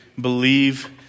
believe